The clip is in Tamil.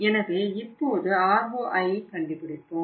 எனவே இப்போது ROIஐ கண்டுபிடிப்போம்